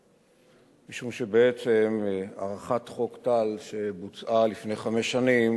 משום שבעצם הארכת חוק טל שבוצעה לפני חמש שנים